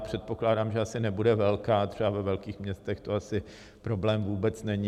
Předpokládám, že asi nebude velká, třeba ve velkých městech to asi problém vůbec není.